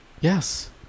Yes